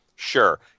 Sure